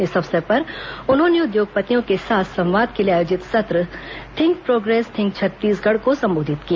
इस अवसर पर उन्होंने उद्योगपतियों के साथ संवाद के लिए आयोजित सत्र थिंक प्रोग्रेस थिंक छत्तीसगढ़ को संबोधित किया